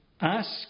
Ask